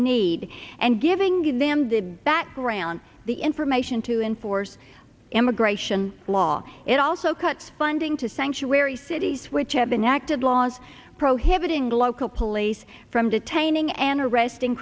need and giving them the background the information to enforce immigration law and also cut funding to sanctuary cities which have been enacted laws prohibiting local police from detaining and arresting